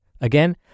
Again